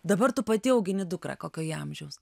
dabar tu pati augini dukrą kokio ji amžiaus